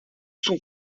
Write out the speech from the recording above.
sont